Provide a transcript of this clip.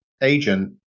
agent